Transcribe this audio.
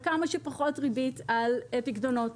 וכמה שפחות ריבית על פיקדונות.